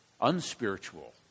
unspiritual